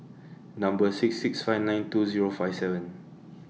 Number six six five nine two Zero five seven